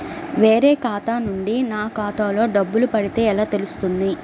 వేరే ఖాతా నుండి నా ఖాతాలో డబ్బులు పడితే ఎలా తెలుస్తుంది?